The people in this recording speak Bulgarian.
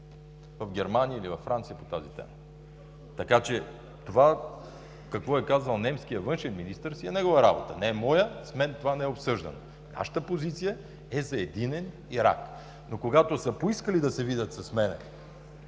в Германия или във Франция по тази тема. Така че това какво е казал немският външен министър си е негова работа, не е моя. С мен това не е обсъждано. Нашата позиция е за единен Ирак! И когато са поискали да се видят с мен,